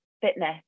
fitness